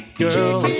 girl